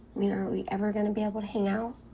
mean are we ever going to be able to hang out?